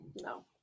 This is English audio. No